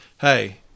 Hey